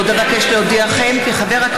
הודעה למזכירת